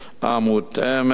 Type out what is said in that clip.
המותאמת